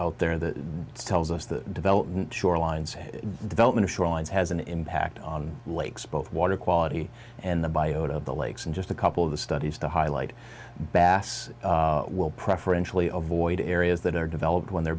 out there that tells us that development shorelines development shorelines has an impact on lakes both water quality and the biota of the lakes and just a couple of the studies to highlight bass will preferentially avoid areas that are developed when they're